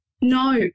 no